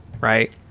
right